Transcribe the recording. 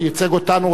ייצג אותנו,